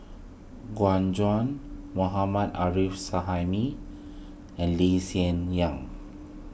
Gu Juan Mohammad Arif Suhaimi and Lee Hsien Yang